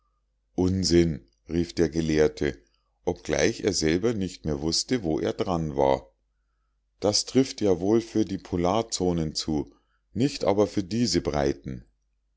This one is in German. unsinn rief der gelehrte obgleich er selber nicht mehr wußte wo er dran war das trifft ja wohl für die polarzonen zu nicht aber für diese breiten